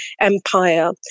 empire